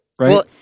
Right